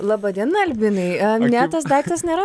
laba diena albinai ne tas daiktas nėra